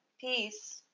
Peace